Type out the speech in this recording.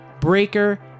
Breaker